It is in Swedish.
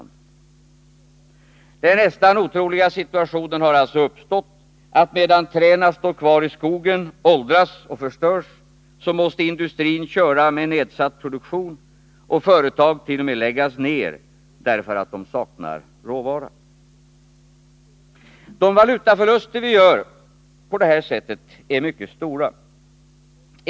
Den nästan otroliga situationen har alltså uppstått att medan träden står kvar i skogen, åldras och förstörs, måste industrin köra med nedsatt produktion och företag t.o.m. läggas ned därför att de saknar råvara. De valutaförluster som vi på detta sätt gör är mycket stora.